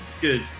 Good